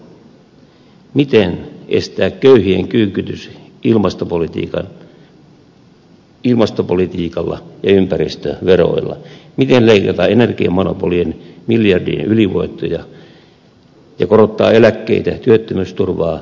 onkin kysyttävä miten estää köyhien kyykytys ilmastopolitiikalla ja ympäristöveroilla miten leikata energiamonopolien miljardien ylivoittoja ja korottaa eläkkeitä työttömyysturvaa lapsiperheiden tukia